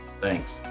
Thanks